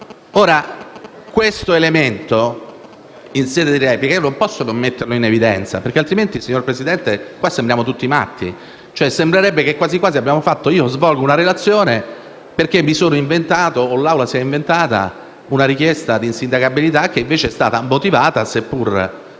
sia. Questo elemento in sede di replica non posso non metterlo in evidenza, perché altrimenti, signor Presidente, sembriamo tutti matti. Sembrerebbe quasi che io abbia svolto una relazione perché mi sono inventato, o l'Assemblea si è inventata, una richiesta di insindacabilità, che invece è stata motivata, seppure